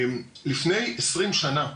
לפני 20 שנה,